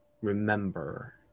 remember